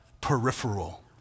peripheral